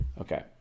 Okay